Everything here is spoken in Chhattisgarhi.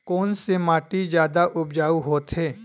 कोन से माटी जादा उपजाऊ होथे?